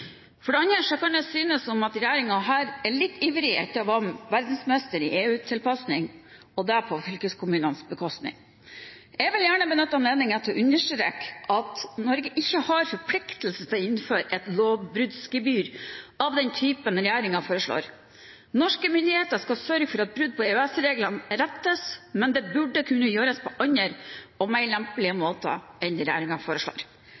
For det andre kan det synes som om regjeringen her er litt ivrig etter å være verdensmester i EU-tilpasning, og det på fylkeskommunenes bekostning. Jeg vil gjerne benytte anledningen til å understreke at Norge ikke har en forpliktelse til å innføre et lovbruddsgebyr av den typen regjeringen foreslår. Norske myndigheter skal sørge for at brudd på EØS-reglene rettes, men det burde kunne gjøres på andre og mer lempelige måter enn det regjeringen foreslår.